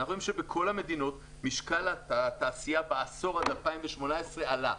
אנחנו רואים שבכל המדינות משקל התעשייה בעשור עד 2018 עלה.